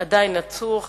עדיין עצור.